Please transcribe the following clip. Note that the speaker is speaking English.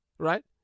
right